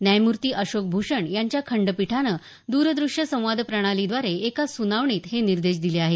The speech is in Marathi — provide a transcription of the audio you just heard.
न्यायमूर्ती अशोक भूषण यांच्या खंडपीठानं द्र द्रष्य संवाद प्रणालीद्वारे एका सुनावणीत हे निर्देश दिले आहेत